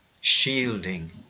shielding